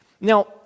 Now